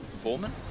Foreman